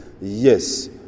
yes